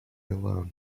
alone